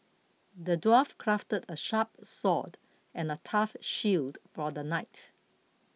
the dwarf crafted a sharp sword and a tough shield for the knight